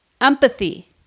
empathy